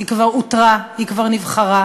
היא כבר אותרה, היא כבר נבחרה.